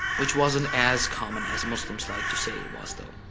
which wasn't as common as muslims like to say it was, though.